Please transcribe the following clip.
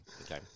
Okay